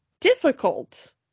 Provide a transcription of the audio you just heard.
difficult